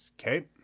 Okay